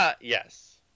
yes